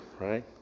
right